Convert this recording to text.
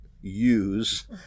use